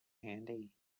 handy